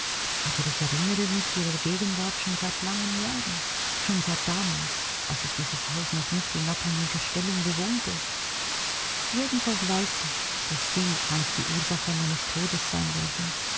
aber ich erinnere mich ihrer gegenwart schon seit langen jahren schon seit damals als ich dieses haus noch nicht in abhängiger stellung bewohnte jedenfalls weiß ich daß sie einst die ursache meines todes sein werden